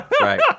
Right